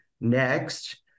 Next